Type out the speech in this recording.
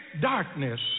darkness